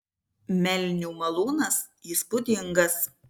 melnių malūnas įspūdingas